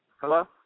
Hello